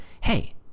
hey